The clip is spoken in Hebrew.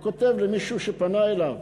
הוא כותב למישהו שפנה אליו: